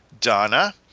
Donna